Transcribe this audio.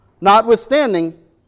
Notwithstanding